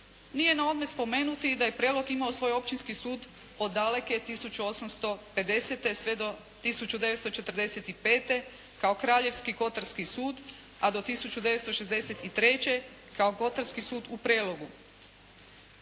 Nije na odmet spomenuti i da je Prelog imao svoj općinski sud od daleke 1850. sve do 1945. kao Kraljevski kotarski sud, a do 1963. kao Kotarski sud u Prelogu.